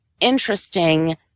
interesting